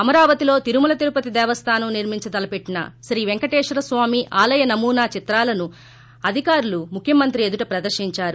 అమరావతిలో తిరుమల తిరుపతి దేవస్దానం నిర్మించ తలపెట్టిన శ్రీ వేంకటేశ్వర స్వామి ఆలయ నమూనా చిత్రాలను అధికారులు ముఖ్యమంత్రి ఎదుట ప్రదర్శించారు